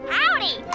Howdy